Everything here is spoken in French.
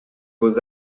beaux